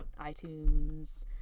iTunes